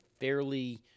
fairly